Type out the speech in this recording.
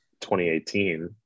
2018